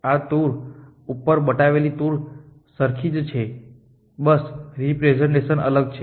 આ ટૂર અને ઉપર બતાવેલી ટૂર સરખી જ છે બસ રેપ્રેસેંટેશન અલગ છે